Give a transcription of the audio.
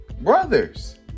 brothers